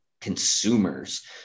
consumers